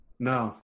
No